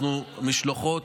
משלחות.